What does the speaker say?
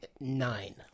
nine